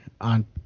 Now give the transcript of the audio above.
on